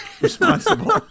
responsible